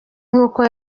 nk’uko